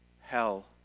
Hell